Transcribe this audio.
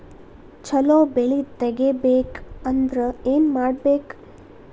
ಛಲೋ ಬೆಳಿ ತೆಗೇಬೇಕ ಅಂದ್ರ ಏನು ಮಾಡ್ಬೇಕ್?